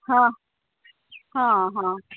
हँ हँ हँ